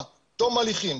תום הליכים,